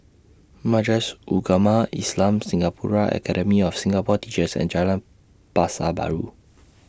Majlis Ugama Islam Singapura Academy of Singapore Teachers and Jalan Pasar Baru